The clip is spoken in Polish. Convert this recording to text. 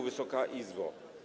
Wysoka Izbo!